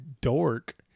dork